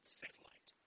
satellite